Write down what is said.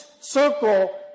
circle